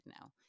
now